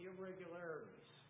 irregularities